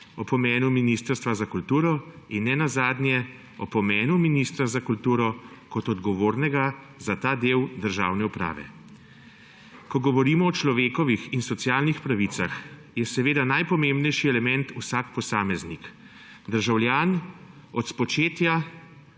o pomeni ministrstva za kulturo in nenazadnje o pomenu ministra za kulturo kot odgovornega za ta del državne uprave. Ko govorimo o človekovih in socialnih pravicah, je seveda najpomembnejši element vsak posameznik, državljan − od spočetja